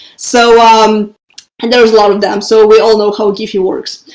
so um and there's a lot of them. so we all know how giffy works.